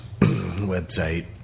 website